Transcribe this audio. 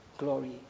glory